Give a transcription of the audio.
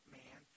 man